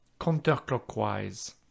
counterclockwise